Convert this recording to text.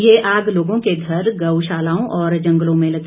यह आग लोगों के घर गउशालाओं और जंगलों में लगी